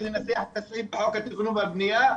לנסח מחדש את סעיף חוק התכנון והבנייה,